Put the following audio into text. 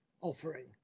offering